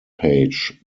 page